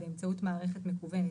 באמצעות מערכת מקוונת,